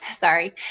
sorry